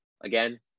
Again